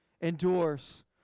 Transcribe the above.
endures